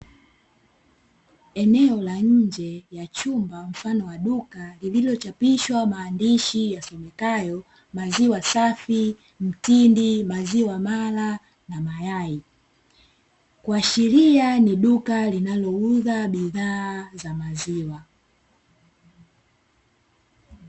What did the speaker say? Eneo la nje ya chumba mfano wa duka, lililochapishwa maandishi yasomekayo "Maziwa safi, mtindi, maziwa mala na mayai", kuashiria ni duka linalouza bidhaa za maziwa.